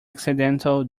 accidental